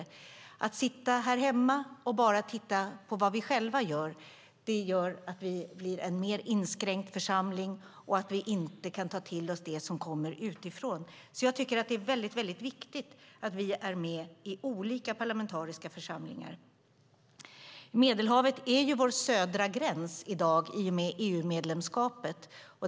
Om vi bara sitter här hemma och bara tittar på vad vi själva gör blir vi en mer inskränkt församling, och vi kan inte ta till oss det som kommer utifrån. Jag tycker därför att det är viktigt att vi är med i olika parlamentariska församlingar. Medelhavet är vår södra gräns i dag i och med EU-medlemskapet.